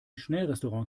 schnellrestaurant